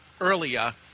earlier